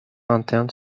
internes